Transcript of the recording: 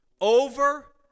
over